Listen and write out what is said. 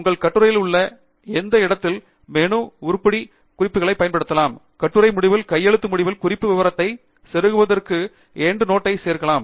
உங்கள் கட்டுரையில் உள்ள எந்த இடத்தில் மெனு உருப்படி குறிப்புகளைப் பயன்படுத்தலாம் கட்டுரை முடிவில் கையெழுத்து முடிவில் குறிப்பு விவரத்தை செருகுவதற்கு எண்டுநோட் ஐ சேர்க்கவும்